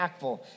impactful